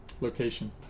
Location